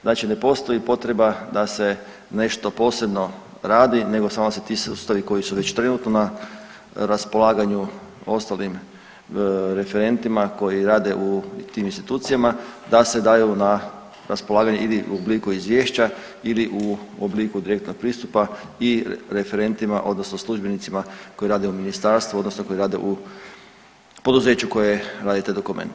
Znači ne postoji potreba da se nešto posebno radi, nego samo da se ti sustavi koji su već trenutno na raspolaganju ostalim referentima koji rade u tim institucijama da se daju na raspolaganje ili u obliku izvješća ili u obliku direktnog pristupa i referentima, odnosno službenicima koji rade u ministarstvu, odnosno koji rade u poduzeću koje radi te dokumente.